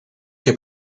heb